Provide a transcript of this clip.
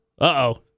Uh-oh